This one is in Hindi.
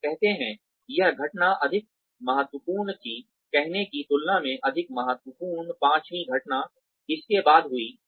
और कहते हैं यह घटना अधिक महत्वपूर्ण थी कहने की तुलना में अधिक महत्वपूर्ण पांचवीं घटना इसके बाद हुई